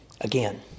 Again